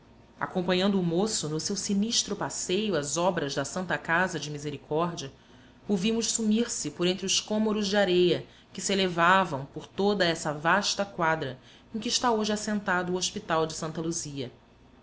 acompanhando o moço no seu sinistro passeio às obras da santa casa de misericórdia o vimos sumir-se por entre os cômoros de areia que se elevavam por toda essa vasta quadra em que está hoje assentado o hospital de santa luzia